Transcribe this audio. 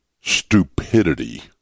stupidity